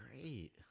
great